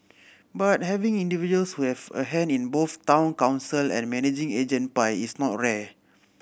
but having individuals who have a hand in both Town Council and managing agent pie is not rare